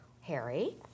Harry